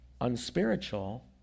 unspiritual